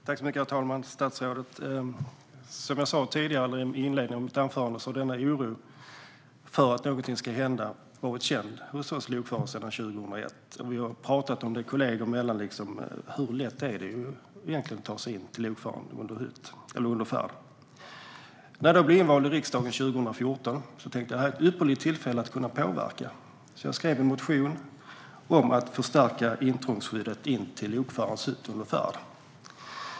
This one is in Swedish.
Herr talman! Som jag sa tidigare har denna oro för att någonting ska hända funnits hos oss lokförare sedan 2001. Vi har kollegor emellan talat om hur lätt det egentligen är att ta sig in till lokföraren under färd. När jag blev invald i riksdagen 2014 tänkte jag att det var ett ypperligt tillfälle att påverka. Jag skrev därför en motion om att förstärka intrångsskyddet in till lokförarens hytt under färd.